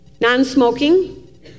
Non-smoking